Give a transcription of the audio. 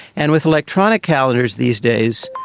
and with electronic calendars these days,